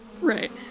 Right